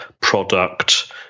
product